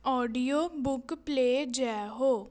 audio book play Jai ਹੋ